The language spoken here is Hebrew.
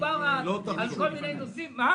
כשמדובר על כל מיני נושאים --- לצערי הרב